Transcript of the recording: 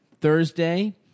thursday